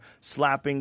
slapping